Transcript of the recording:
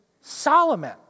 Solomon